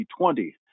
2020